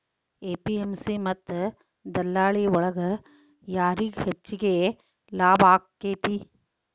APMC ಮತ್ತ ದಲ್ಲಾಳಿ ಒಳಗ ಯಾರಿಗ್ ಹೆಚ್ಚಿಗೆ ಲಾಭ ಆಕೆತ್ತಿ?